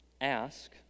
Ask